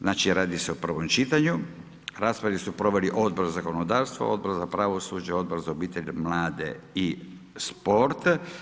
Znači radi se o prvom čitanju, raspravu su proveli Odbor za zakonodavstvo, Odbor za pravosuđe, odbor za obitelj, mlade i sport.